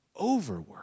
overwork